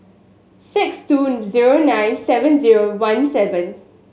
six two zero nine seven zero one seven